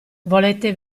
volete